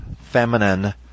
feminine